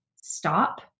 stop